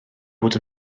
bod